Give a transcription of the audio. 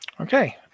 Okay